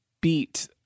beat